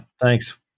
thanks